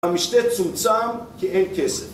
המשתה צומצם כי אין כסף